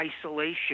isolation